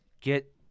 Get